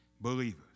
believers